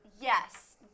Yes